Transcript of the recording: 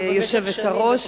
גברתי היושבת-ראש,